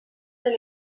del